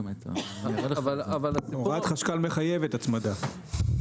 הוראת חשכ"ל מחייבת הצמדה.